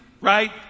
right